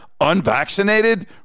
unvaccinated